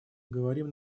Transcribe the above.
говорим